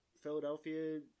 philadelphia